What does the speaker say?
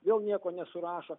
vėl nieko nesurašo